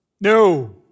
No